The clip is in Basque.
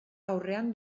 aurrean